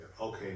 Okay